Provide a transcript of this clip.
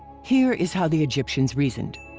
here is how the egyptians reasoned